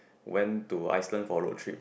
went to Iceland for road trip